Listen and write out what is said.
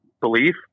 belief